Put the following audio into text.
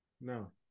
No